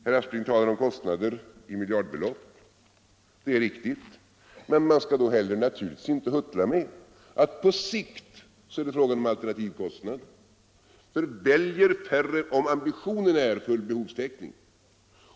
Herr Aspling talar om kostnader i miljardbelopp. Det är riktigt, men man skall naturligtvis då inte heller huttla med att på sikt är det fråga om alternativkostnader, om ambitionen är full behovstäckning.